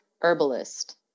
herbalist